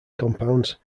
compounds